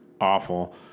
awful